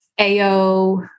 AO